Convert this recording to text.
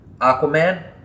Aquaman